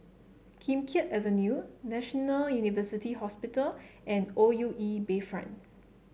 Kim Keat Avenue National University Hospital and O U E Bayfront